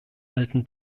alten